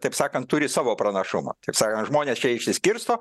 taip sakan turi savo pranašumą taip sakan žmonės čia išsiskirsto